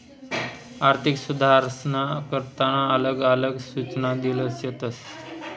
आर्थिक सुधारसना करता आलग आलग सूचना देल शेतस